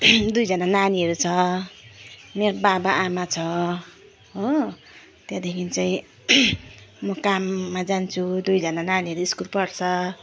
दुई जाना नानीहरू छ मेरो बाबा आमा छ हो त्यहाँदेखिन् चाहिँ म काममा जान्छु दुईजना नानीहरू स्कुल पढ्छ